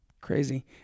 Crazy